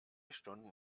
stunden